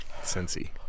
Cincy